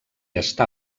està